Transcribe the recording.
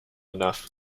enough